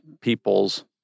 people's